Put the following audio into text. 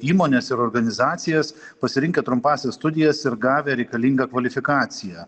įmonės ir organizacijas pasirinkę trumpąsias studijas ir gavę reikalingą kvalifikaciją